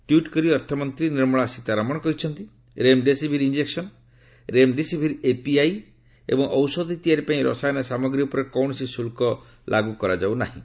tweet କରି ଅର୍ଥମନ୍ତ୍ରୀ ନିର୍ମଳା ସୀତାରମଣ କହିଛନ୍ତି ରେମ୍ଡେସିଭିର୍ ଇଞ୍ଜେକ୍ସନ୍ ରେମ୍ଡେସିଭିର୍ ଏପିଆଇ ଏବଂ ଔଷଧ ତିଆରି ପାଇଁ ରସାୟନ ସାମଗ୍ରୀ ଉପରେ କୌଣସି ଶୁଲ୍କ ଲାଗୁ କରାଯାଉ ନାହିଁ